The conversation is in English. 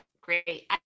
great